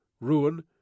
ruin